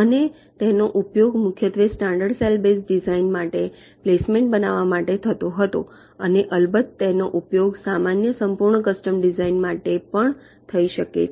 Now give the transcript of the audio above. અને તેનો ઉપયોગ મુખ્યત્વે સ્ટાન્ડર્ડ સેલ બેઝ ડિઝાઇન માટે પ્લેસમેન્ટ બનાવવા માટે થતો હતો અને અલબત્ત તેનો ઉપયોગ સામાન્ય સંપૂર્ણ કસ્ટમ ડિઝાઇન માટે પણ થઈ શકે છે